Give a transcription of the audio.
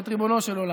את ריבונו של עולם.